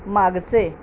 मागचे